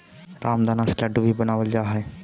रामदाना से लड्डू भी बनावल जा हइ